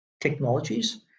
technologies